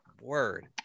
word